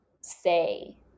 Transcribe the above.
say